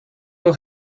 will